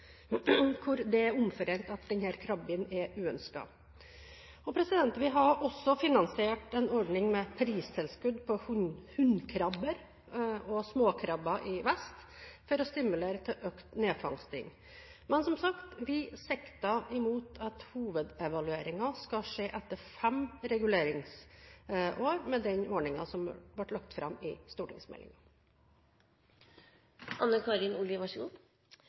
hvor det er omforent at denne krabben er uønsket. Vi har også finansiert en ordning med pristilskudd på hunnkrabber og småkrabber i vest for å stimulere til økt nedfangsting. Men som sagt: Vi sikter mot at hovedevalueringen skal skje etter fem reguleringsår med den ordningen som ble lagt fram i